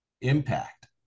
impact